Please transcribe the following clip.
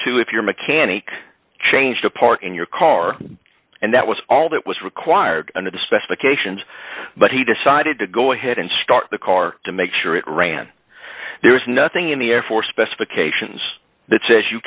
to if your mechanic changed a part in your car and that was all that was required under the specifications but he decided to go ahead and start the car to make sure it ran there is nothing in the air for specifications that says you